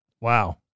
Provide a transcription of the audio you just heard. Wow